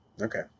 Okay